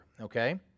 okay